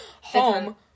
Home